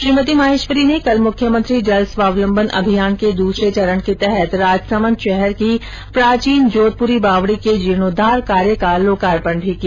श्रीमती माहेश्वरी ने कल मुख्यमंत्री जल स्वावलम्बन अभियान के दूसरे चरण के तहत राजसमन्द शहर की प्राचीन जोधपुरी बावड़ी के जीर्णोद्वार कार्य का लोकार्पण भी किया